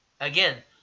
again